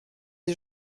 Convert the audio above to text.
des